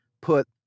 put